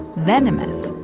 venomous,